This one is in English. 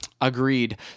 Agreed